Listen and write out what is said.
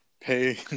pay